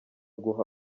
guha